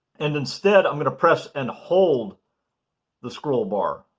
and instead i'm going to press and hold the scroll bar